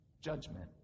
judgment